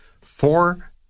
Four